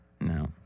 no